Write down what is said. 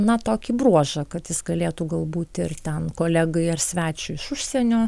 na tokį bruožą kad jis galėtų galbūt ir ten kolegai ar svečiui iš užsienio